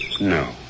No